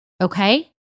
okay